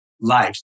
life